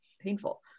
painful